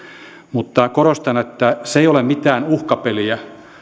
mutta korostan että se ei ole mitään uhkapeliä